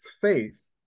faith